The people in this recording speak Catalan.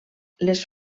les